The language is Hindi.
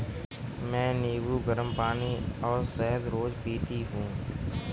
मैं नींबू, गरम पानी और शहद रोज पीती हूँ